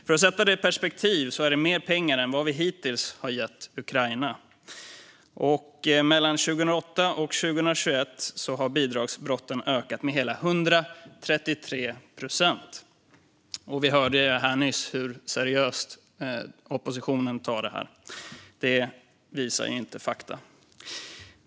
För att sätta det i perspektiv kan jag säga att det är mer pengar än vad vi hittills har gett Ukraina. Mellan 2008 och 2021 har bidragsbrotten ökat med hela 133 procent. Vi hörde nyss hur seriöst oppositionen ser på detta. Det visar inte fakta.